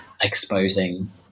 exposing